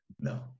No